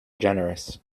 generous